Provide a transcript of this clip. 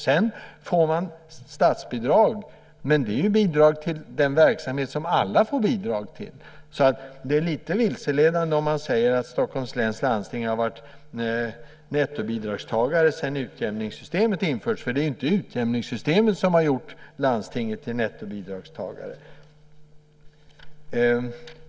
Man får statsbidrag, men det är ju bidrag till den verksamhet som alla får bidrag till. Det är lite vilseledande om man säger att Stockholms läns landsting har varit nettobidragstagare sedan utjämningssystemet infördes. Det är inte utjämningssystemet som har gjort landstinget till nettobidragstagare.